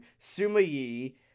Sumayi